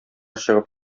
чыгып